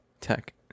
Tech